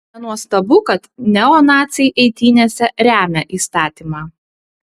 nenuostabu kad neonaciai eitynėse remia įstatymą